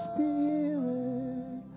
Spirit